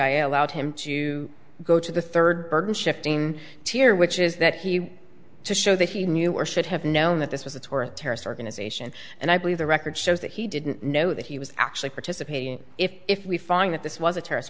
i allowed him to go to the third burden shifting here which is that he was to show that he knew or should have known that this was a torah terrorist organization and i believe the record shows that he didn't know that he was actually participating if we find that this was a terrorist